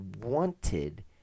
wanted